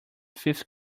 fifth